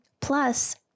Plus